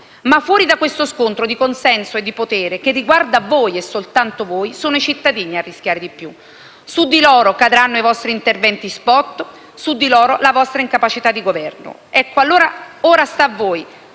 Ma fuori da questo scontro di consenso e di potere, che riguarda voi e soltanto voi, sono i cittadini a rischiare di più. Su di loro cadranno i vostri interventi *spot*, su di loro la vostra incapacità di governo. Ecco, ora sta a voi,